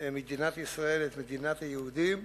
מדינת ישראל, את מדינת היהודים.